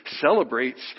celebrates